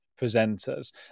presenters